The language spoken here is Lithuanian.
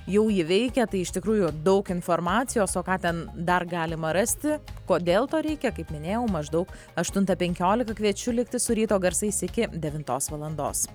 jau ji veikia tai iš tikrųjų daug informacijos o ką ten dar galima rasti kodėl to reikia kaip minėjau maždaug aštuntą penkiolika kviečiu likti su ryto garsais iki devintos valandos